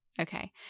okay